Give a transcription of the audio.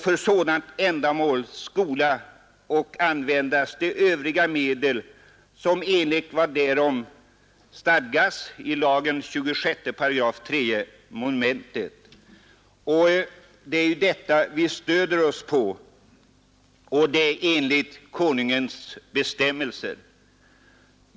För sådant ändamål skall också användas övriga medel enligt vad som stadgas i jaktlagens 26 § 3 mom. Det är dessa bestämmelser vi stöder oss på.